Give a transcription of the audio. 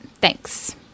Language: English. Thanks